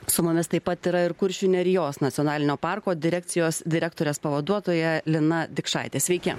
su mumis taip pat yra ir kuršių nerijos nacionalinio parko direkcijos direktorės pavaduotoja lina dikšaitė sveiki